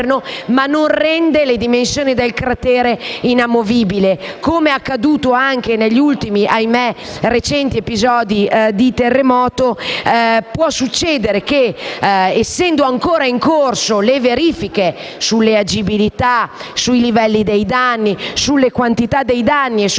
ma non rende le dimensioni del cratere inamovibili. Come accaduto - ahimè - anche negli ultimi recenti episodi di terremoto, può succedere che sono ancora in corso le verifiche sulle agibilità, sui livelli e le quantità dei danni, e soprattutto